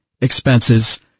expenses